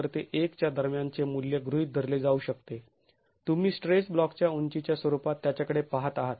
०० च्या दरम्यान चे मूल्य गृहीत धरले जाऊ शकते तुम्ही स्ट्रेस ब्लॉकच्या उंचीच्या स्वरूपात त्याच्याकडे पाहत आहात